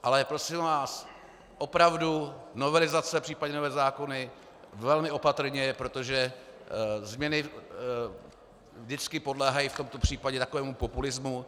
Ale prosím vás, opravdu, novelizace, případně nové zákony, velmi opatrně, protože změny vždycky podléhají v tomto případě takovému populismu.